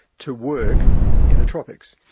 to work in the tropics.